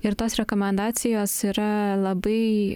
ir tos rekomendacijos yra labai